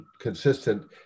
consistent